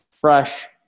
fresh